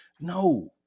No